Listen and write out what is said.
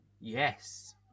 Yes